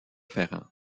ferrand